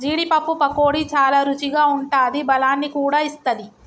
జీడీ పప్పు పకోడీ చాల రుచిగా ఉంటాది బలాన్ని కూడా ఇస్తది